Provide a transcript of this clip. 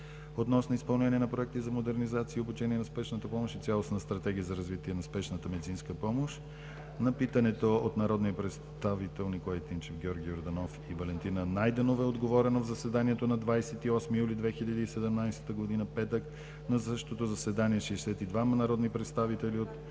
относно изпълнението на проекти за модернизация и обучение на Спешната помощ и цялостна стратегия за развитие на спешната медицинска помощ на питането от народните представители Илиян Тимчев, Георги Йорданов и Валентина Найденова – отговорено е в заседанието на 28 юли 2017 г., петък. На същото заседание 62-ма народни представители от